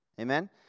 Amen